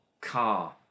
car